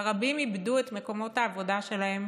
שבה רבים איבדו את מקומות העבודה שלהם,